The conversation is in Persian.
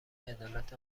عدالت